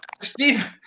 Steve